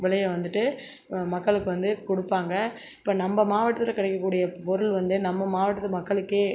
விலையை வந்துட்டு மக்களுக்கு வந்து கொடுப்பாங்க இப்போ நம்ப மாவட்டத்தில் கிடைக்கக்கூடிய பொருள் வந்து நம்ப மாவட்டத்து மக்களுக்கே